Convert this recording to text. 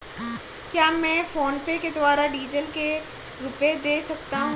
क्या मैं फोनपे के द्वारा डीज़ल के रुपए दे सकता हूं?